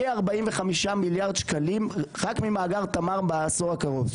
כ-45 מיליארד שקלים רק ממאגר תמר בעשור הקרוב.